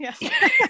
yes